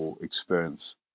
experience